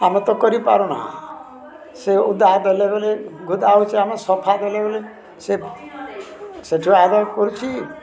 ଆମେ ତ କରିପାରୁନା ସେ ଓଦା ଦେଲେ ବଲେ ଗୋଦା ହଉଚେ ଆମେ ସଫା ଦେଲେ ବଲେ ସେ ସେ ଯଆଦ କରୁଛି